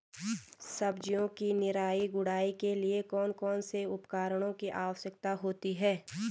सब्जियों की निराई गुड़ाई के लिए कौन कौन से उपकरणों की आवश्यकता होती है?